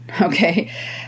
Okay